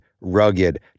rugged